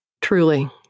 Truly